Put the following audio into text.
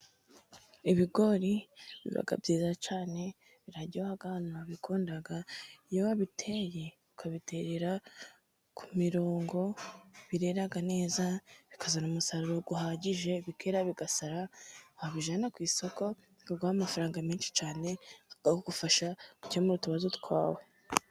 Ibigori biba byiza cyane, biraryoha abantu barabikunda. Iyo wabiteye ukabitera ku mirongo, birera neza, bikazana umusaruro uhagije, bikera bigasara, wabijyana ku isoko bakaguha amafaranga menshi cyane, akagufasha gukemura utubazo twawe.